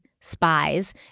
spies